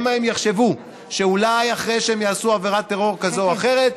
שמא הם יחשבו שאולי אחרי שהם יעשו עבירת טרור כזאת או אחרת,